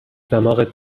دماغت